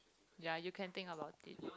ya you can think about it